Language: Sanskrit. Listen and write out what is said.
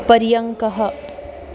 पर्यङ्कः